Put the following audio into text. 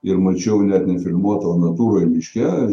ir mačiau net nefilmuota o natūroj miške